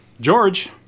George